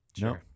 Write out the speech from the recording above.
no